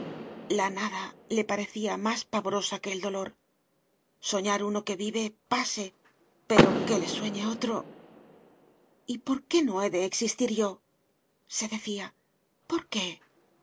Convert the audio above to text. la nada le parecía más pavorosa que el dolor soñar uno que vive pase pero que le sueñe otro y por qué no he de existir yo se decía por qué